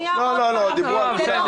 זה לא רק חרדים.